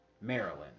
Maryland